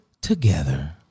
Together